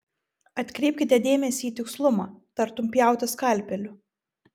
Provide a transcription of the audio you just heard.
atkreipkite dėmesį į tikslumą tartum pjauta skalpeliu